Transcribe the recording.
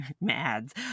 Mads